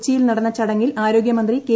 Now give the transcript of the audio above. കൊച്ചിയിൽ നടന്ന ചടങ്ങിൽ ആരോഗ്യമന്ത്രി കെ